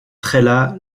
trélat